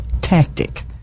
tactic